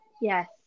Yes